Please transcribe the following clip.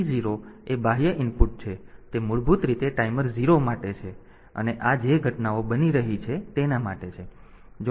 તેથી T0 એ બાહ્ય ઇનપુટ છે તે મૂળભૂત રીતે ટાઈમર 0 માટે છે અને આ જે ઘટનાઓ બની રહી છે તેના માટે છે